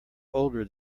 older